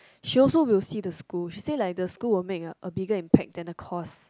she also will see the school she say like the school will make a bigger impact than the course